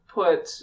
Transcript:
put